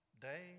day